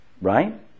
Right